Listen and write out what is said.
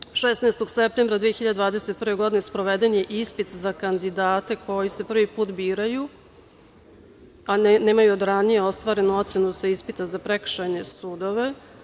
Dakle, 16. septembra 2021. godine sproveden je ispit za kandidate koji se prvi put biraju, a nemaju od ranije ostvarenu ocenu sa ispita za prekršajne sudove.